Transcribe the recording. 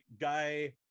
guy